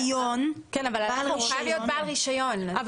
הוא צריך להיות בעל רישיון.